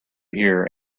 here